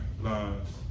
lives